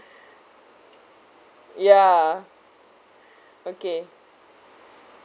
ya okay